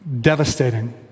Devastating